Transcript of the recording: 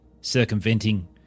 circumventing